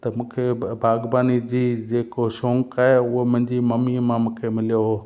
त मूंखे बागबानी जी जेको शौक़ु आहे उहो मुंहिंजी मम्मीअ मां मूंखे मिलियो